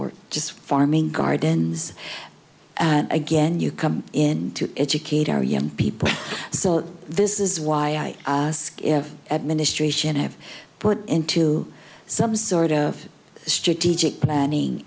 or just farming gardens and again you come in to educate our young people so this is why i ask if administration have put into some sort of strategic planning